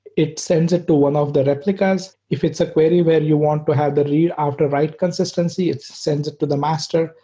it sends it to one of the replicas. if it's a query where you want to have the read after write consistency, it sends it to the master.